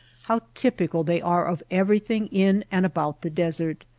how typical they are of everything in and about the desert.